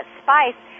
spice